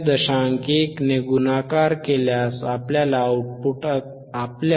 1 ने गुणाकार केल्यास आउटपुट असेल